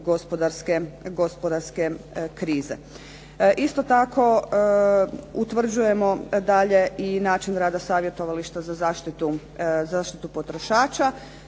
gospodarske krize. Isto tako, utvrđujemo dalje i način rada savjetovališta za zaštitu potrošača.